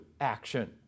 action